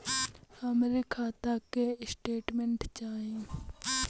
हमरे खाता के स्टेटमेंट चाही?